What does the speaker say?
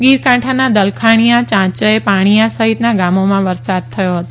ગીરકાંઠાના દલખાણીયા ચાંચય અને પાણીયા સહિતના ગામોમાં વરસાદ પડચો હતો